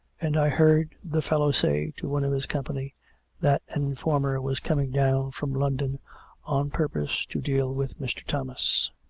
and i heard the fellow say to one of his company that an informer was coming down from london on purpose to deal with mr. thomas.